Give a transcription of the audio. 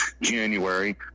January